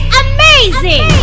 amazing